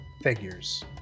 figures